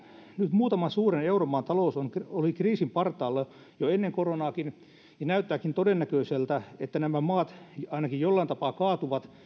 nyt muutaman suuren euromaan talous oli kriisin partaalla jo ennen koronaakin ja näyttääkin todennäköiseltä että nämä maat ainakin jollain tapaa kaatuvat